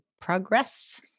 Progress